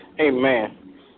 Amen